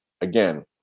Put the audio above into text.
Again